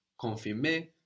confirmer